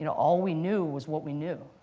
you know all we knew was what we knew.